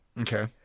Okay